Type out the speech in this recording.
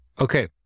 Okay